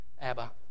Abba